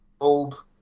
old